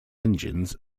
engines